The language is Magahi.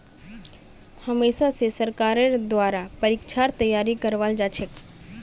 हमेशा स सरकारेर द्वारा परीक्षार तैयारी करवाल जाछेक